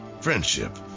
friendship